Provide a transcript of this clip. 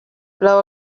blow